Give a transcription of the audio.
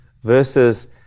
versus